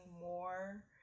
more